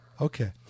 Okay